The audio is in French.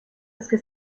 lorsque